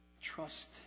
Trust